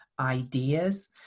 ideas